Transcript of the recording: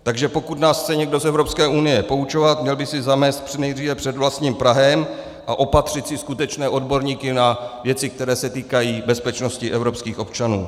Takže pokud nás chce někdo z Evropské unie poučovat, měl by si zamést nejdříve před vlastním prahem a opatřit si skutečné odborníky na věci, které se týkají bezpečnosti evropských občanů.